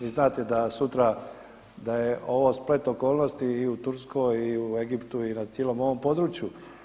Vi znate da sutra da je ovo splet okolnosti i u Turskoj i u Egiptu i na cijelom ovom području.